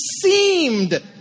seemed